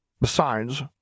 Besides